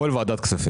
הכול בוועדת הכספים.